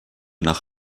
nach